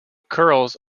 curls